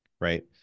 right